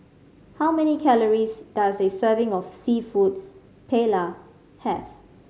how many calories does a serving of Seafood Paella have